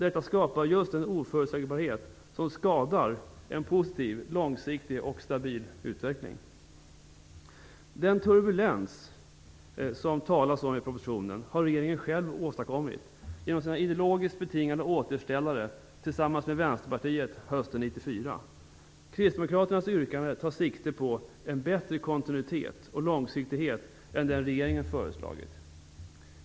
Detta skapar just den oförutsägbarhet som skadar en positiv, långsiktig och stabil utveckling. Den turbulens som det talas om i propositionen har regeringen själv åstadkommit genom sina ideologiskt betingade återställare tillsammans med Vänsterpartiet hösten 1994. Kristdemokraternas yrkanden tar sikte på en bättre kontinuitet och långsiktighet än den som regeringen har föreslagit.